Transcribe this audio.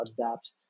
adapt